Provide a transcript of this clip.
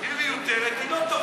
אם היא מיותרת, היא לא טובה.